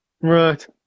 Right